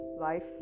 Life